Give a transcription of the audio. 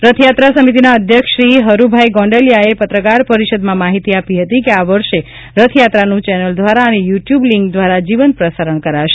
રથયાત્રા સમિતિના અધ્યક્ષ શ્રી હરૂભાઇ ગોંડલીયાએ પત્રકાર પરિષદમાં માહિતી આપી હતી કે આ વર્ષે રથયાત્રાનું ચેનલ દ્વારા અને યુ ટ્યુબ લીન્ક દ્વારા જીવંત પ્રસારણ કરાશે